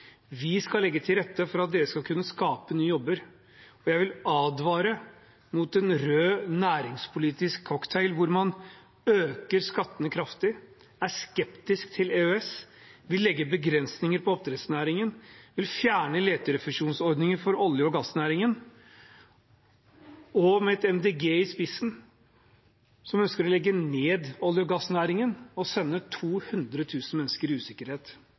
Vi skal legge til rette for at dere skal kunne skape nye jobber. Jeg vil advare mot en rød næringspolitisk cocktail hvor man øker skatten kraftig, er skeptisk til EØS, vil legge begrensninger på oppdrettsnæringen og fjerne leterefusjonsordningen for olje- og gassnæringen – med et MDG i spissen, som ønsker å legge ned olje- og gassnæringen og sende 200 000 mennesker i usikkerhet.